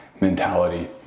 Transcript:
mentality